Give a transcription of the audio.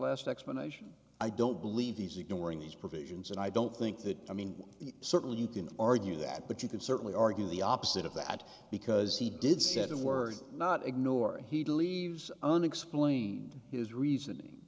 last explanation i don't believe he's ignoring these provisions and i don't think that i mean certainly you can argue that but you could certainly argue the opposite of that because he did said it we're not ignore he leaves unexplained his reasoning